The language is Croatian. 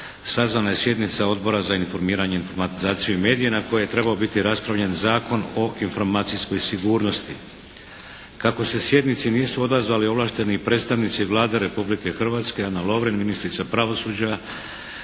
sazvana je sjednica Odbora za informiranje, informatizaciju i medije na kojoj je trebao biti raspravljen Zakon o informacijskog sigurnosti. Kako se sjednici nisu odazvali ovlašteni predstavnici Vlade Republike Hrvatske Ana Lovrin, ministrica pravosuđa,